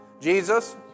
Jesus